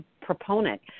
proponent